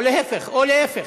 או להפך, או להפך.